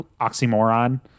oxymoron